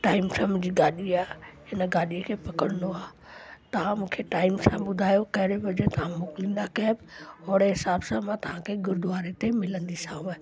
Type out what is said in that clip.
time सां मुंहिंजी गाॾी आहे हिन गाॾीअ खे पकिड़णो आहे तव्हां मूंखे टाइम सां ॿुधायो कहिड़े वजे तव्हां मोकिलिंदा कैब ओड़े हिसाब सां मां तव्हांखे गुरुद्वारे ते मिलंदीसाव